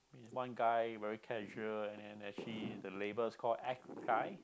one guy very casual and then actually the label is called